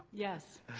yes.